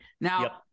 Now